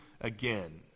again